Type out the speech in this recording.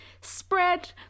spread